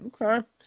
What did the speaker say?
Okay